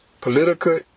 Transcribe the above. political